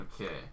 okay